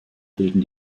bilden